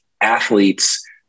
athletes